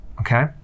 Okay